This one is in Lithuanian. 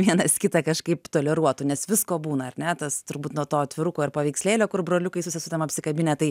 vienas kitą kažkaip toleruotų nes visko būna ar ne tas turbūt nuo to atviruko ar paveikslėlio kur broliukai su sesutėm apsikabinę tai